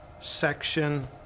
section